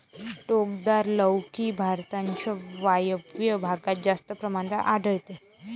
टोकदार लौकी भारताच्या वायव्य भागात जास्त प्रमाणात आढळते